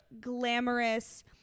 glamorous